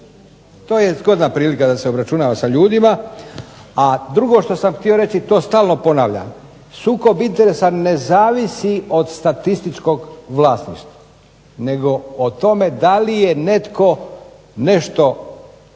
To je zgodna prilika da se obračunava sa ljudima. A drugo što sam htio reći, to stalno ponavljam, sukob interesa ne zavisi od statističkog vlasništva nego o tome da li je netko nešto učinio